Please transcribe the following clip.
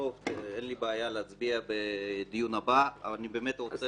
אין לי בעיה להצביע בדיון הבא אבל אני רוצה